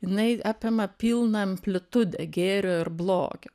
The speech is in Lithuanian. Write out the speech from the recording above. jinai apima pilną amplitudę gėrio ir blogio